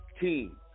team